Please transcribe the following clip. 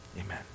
Amen